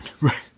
Right